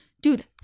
Dude